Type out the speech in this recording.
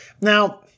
Now